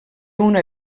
una